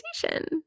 conversation